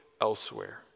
elsewhere